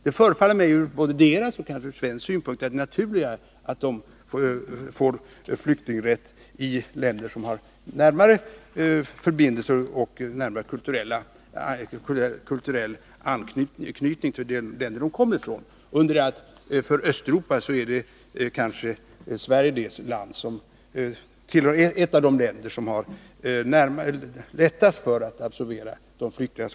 Det förefaller mig både ur deras och kanske också ur svensk synpunkt naturligare att sydamerikanerna får rätt att komma som flyktingar till länder som har närmare förbindelser och kulturell anknytning till de länder de kommer ifrån, under det att Sverige tillhör de länder som har lättast att absorbera östeuropeiska flyktingar.